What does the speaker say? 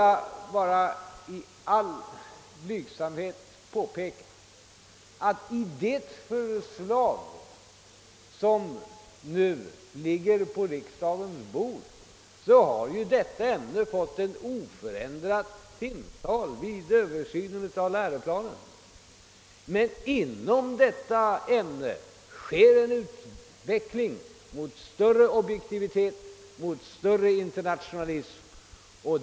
Jag vill i all blygsamhet påpeka att i det förslag som nu ligger på riksdagens bord har detta ämne fått ett oförändrat timantal vid översynen av läroplanen. Inom ämnet sker däremot en utveckling mot större objektivitet och internationalism.